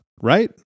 right